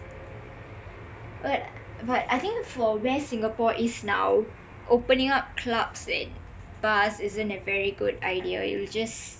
but but I think for where singapore is now opening up clubs and bars isn't a very good idea it will just